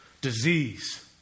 disease